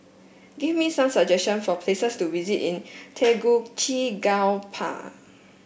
give me some suggestion for places to visit in Tegucigalpa